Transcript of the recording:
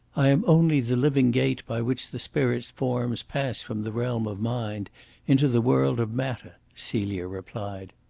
i am only the living gate by which the spirit forms pass from the realm of mind into the world of matter, celia replied.